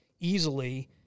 easily